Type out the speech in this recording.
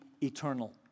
eternal